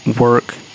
work